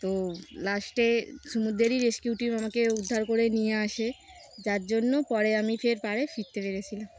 তো লাস্টে সমুদ্রেরই রেসকিউ টিম আমাকে উদ্ধার করে নিয়ে আসে যার জন্য পরে আমি ফের পাড়ে ফিরতে পেরেছিলাম